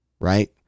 right